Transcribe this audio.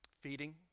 Feeding